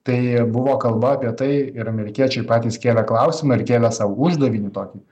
tai buvo kalba apie tai ir amerikiečiai patys kėlė klausimą ir kėlė sau uždavinį tokį